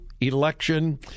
election